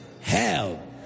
hell